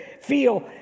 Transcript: feel